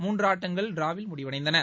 மூன்று ஆட்டங்கள் டிராவில் முடிவடைந்தன